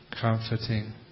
comforting